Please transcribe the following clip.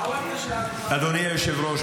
אדוני היושב-ראש,